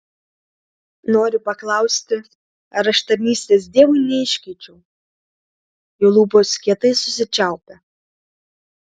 nori paklausti ar aš tarnystės dievui neiškeičiau jo lūpos kietai susičiaupia